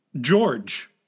George